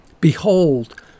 Behold